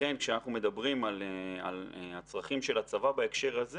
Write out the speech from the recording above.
ולכן כשאנחנו מדברים על הצרכים של הצבא בהקשר הזה